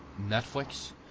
Netflix